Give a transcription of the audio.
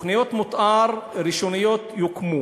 תוכניות מתאר ראשוניות יוקמו